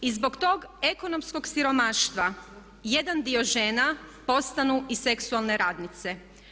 I zbog tog ekonomskog siromaštva jedan dio žena postanu i seksualne radnice.